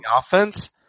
offense